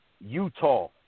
Utah